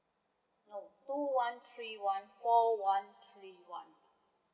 no two one three one four one three one